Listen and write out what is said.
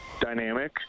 dynamic